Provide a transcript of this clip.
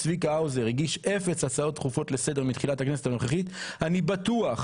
צביקה, אני בהחלט התכוונתי לכל מילה.